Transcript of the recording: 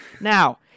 Now